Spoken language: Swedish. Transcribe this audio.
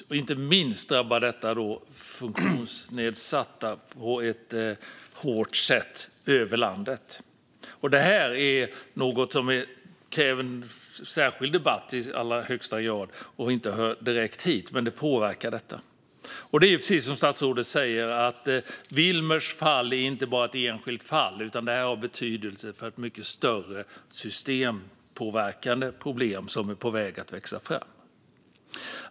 Inte minst drabbar detta funktionsnedsatta över hela landet på ett hårt sätt. Detta är något som i allra högsta grad kräver en särskild debatt och inte direkt hör hit, men det påverkar detta. Precis som statsrådet säger är Vilmers fall inte bara ett enskilt fall, utan detta handlar om ett mycket större, systempåverkande problem som är på väg att växa fram.